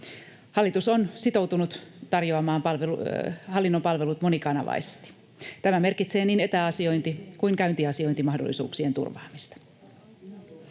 Hallitus on sitoutunut tarjoamaan hallinnon palvelut monikanavaisesti. Tämä merkitsee niin etäasiointi- kuin käyntiasiointimahdollisuuksien turvaamista.